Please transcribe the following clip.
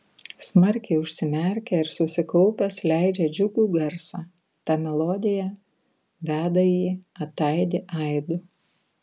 smarkiai užsimerkia ir susikaupęs leidžia džiugų garsą ta melodija veda jį ataidi aidu